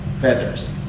feathers